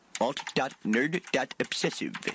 Alt.nerd.obsessive